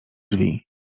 drzwi